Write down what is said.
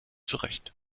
zurecht